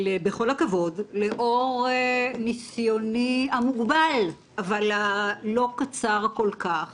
בכל הכבוד, לאור ניסיוני המוגבל אבל הלא קצר כל כך